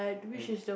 L